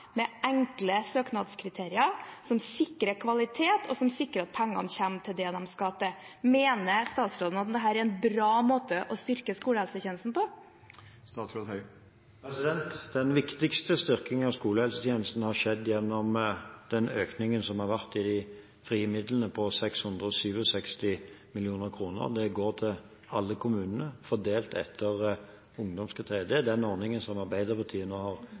med enkle søknadskriterier som sikrer kvalitet, og som sikrer at pengene kommer til det de skal. Mener statsråden at dette er en bra måte å styrke skolehelsetjenesten på? Den viktigste styrkingen av skolehelsetjenesten har skjedd gjennom den økningen som har vært i de frie midlene på 667 mill. kr. Det går til alle kommunene fordelt etter ungdomskriteriene. Det er den ordningen som Arbeiderpartiet nå har